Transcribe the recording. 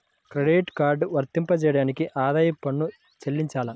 Credit card వర్తింపజేయడానికి ఆదాయపు పన్ను చెల్లించాలా?